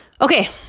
Okay